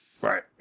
Right